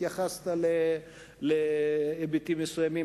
התייחסת להיבטים מסוימים.